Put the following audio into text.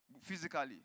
physically